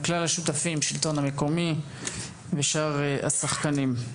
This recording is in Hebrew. לכלל השותפים, השלטון המקומי ושאר השחקנים.